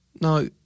Now